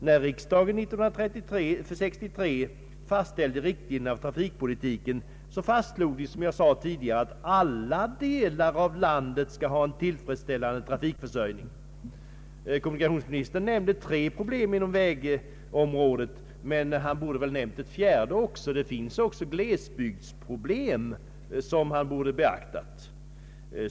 När riksdagen år 1963 fastställde riktlinjerna för trafikpolitiken fastslogs att alla delar av landet skall ha en tillfredsställande trafikförsörjning. Kommunikationsministern nämnde tre problem i fråga om vägarna, men han borde väl ha nämnt ett fjärde. Det finns glesbygdsproblem också som han borde ha beaktat.